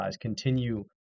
continue